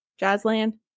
Jazzland